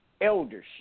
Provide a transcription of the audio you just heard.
eldership